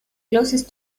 closest